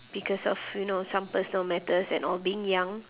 because of you know some personal matters and all being young